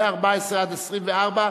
מ-14 עד 24,